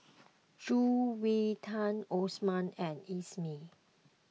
Juwita Osman and Isnin